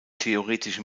theoretische